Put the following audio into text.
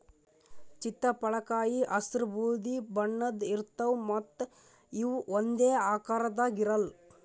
ಚಿತ್ತಪಳಕಾಯಿ ಹಸ್ರ್ ಬೂದಿ ಬಣ್ಣದ್ ಇರ್ತವ್ ಮತ್ತ್ ಇವ್ ಒಂದೇ ಆಕಾರದಾಗ್ ಇರಲ್ಲ್